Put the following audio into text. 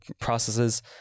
processes